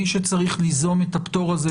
מי שצריך ליזום את הפטור הזה,